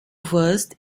versed